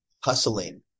hustling